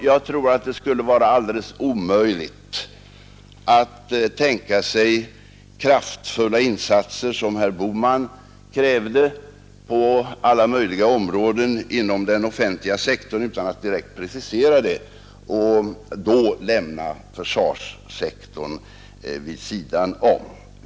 Jag tror att det skulle vara alldeles omöjligt att tänka sig kraftfulla insatser, som herr Bohman krävde på alla möjliga områden inom den offentliga sektorn utan att direkt precisera dem, och då lämna försvarssektorn vid sidan om.